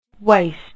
Waste